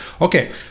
Okay